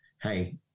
Hey